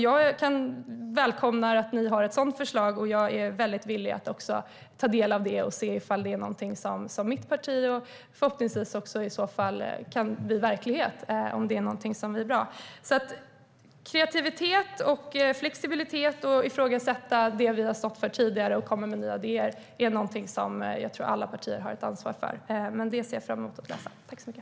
Jag välkomnar att ni har ett sådant förslag och är villig att ta del av det och se om det är någonting som mitt parti kan hålla med om. Förhoppningsvis kan det bli verklighet om det är något bra. Kreativitet, flexibilitet, att ifrågasätta det vi har stått för tidigare och att komma med nya idéer är något som alla partier har ansvar för. Men jag ser fram emot att läsa det.